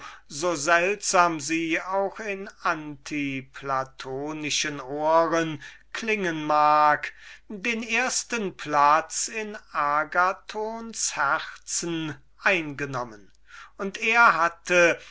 so seltsam sie auch in anti-platonischen ohren klingen mag den ersten platz in seinem herzen eingenommen und er hatte